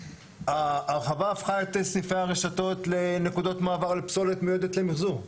ההרחבה הפכה את סניפי הרשתות לנקודות מעבר לפסולת מיועדת למחזור,